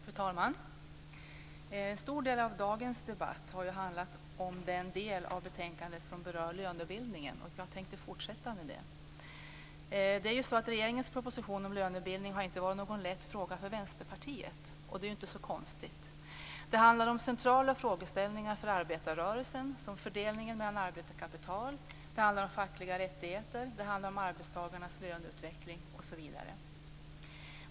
Fru talman! En stor del av dagens debatt har handlat om den del av betänkandet som berör lönebildningen, och jag tänkte fortsätta med det. Frågan om regeringens proposition om lönebildningen har inte varit lätt för Vänsterpartiet. Det är inte så konstigt. Det handlar om centrala frågeställningar för arbetarrörelsen, som fördelningen mellan arbete och kapital. Det handlar om fackliga rättigheter. Det handlar om arbetstagarnas löneutveckling, osv.